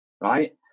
right